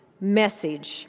message